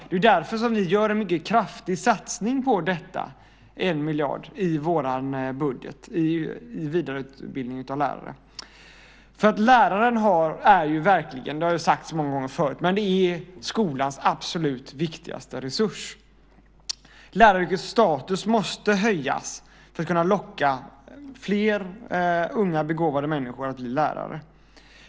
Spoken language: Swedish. Det är därför som vi gör en mycket kraftig satsning på detta, 1 miljard i vår budget för vidareutbildning av lärare. För läraren är ju verkligen - det har sagts så många gånger förut - skolans absolut viktigaste resurs. Läraryrkets status måste höjas för att man ska kunna locka fler unga begåvade människor att bli lärare.